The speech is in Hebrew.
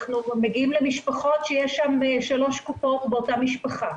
אנחנו מגיעים למשפחות שיש שם שלוש קופות באותה משפחה.